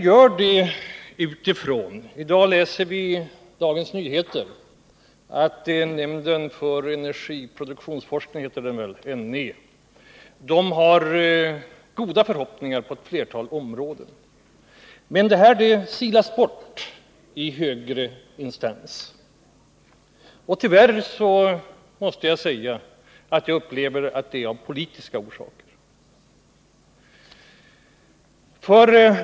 I dag kan vi läsa i Dagens Nyheter att nämnden för energiproduktionsforskning — NE — har goda förhoppningar om de förnybara energikällorna på ett flertal områden, men att förslagen har silats bort i högre instans. Tyvärr måste jag säga att jag tror att detta skett av politiska orsaker.